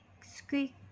squeak